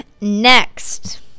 next